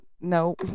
no